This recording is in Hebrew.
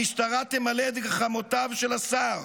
המשטרה תמלא את גחמותיו של השר.